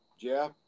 Jeff